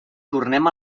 tornem